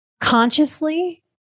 Consciously